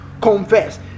confess